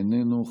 איננו,